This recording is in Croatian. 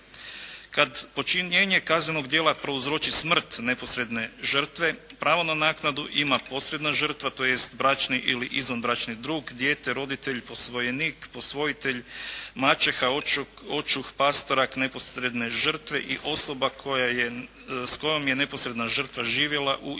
Kad počinjenje kaznenog djela prouzroči smrt neposredne žrtve pravo na naknadu ima posredna žrtva tj. bračni ili izvanbračni drug, dijete, roditelj, posvojenik, posvojitelj, maćeha, očuh, pastorak, neposredne žrtve i osoba koja je, s kojom je neposredna žrtva živjela u istospolnoj